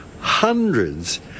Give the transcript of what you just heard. Hundreds